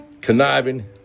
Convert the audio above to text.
conniving